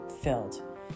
filled